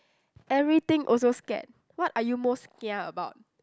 everything also scared what are you most kia about